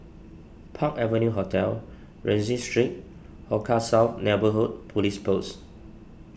Park Avenue Hotel Rienzi Street Hong Kah South Neighbourhood Police Post